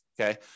okay